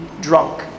drunk